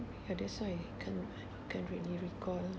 ya that's why can't can't really recall